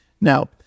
Now